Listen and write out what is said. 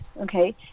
okay